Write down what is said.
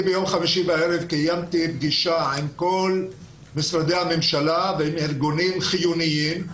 ביום חמישי בערב קיימתי פגישה עם כל משרדי הממשלה ועם ארגונים חיוניים,